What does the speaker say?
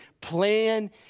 plan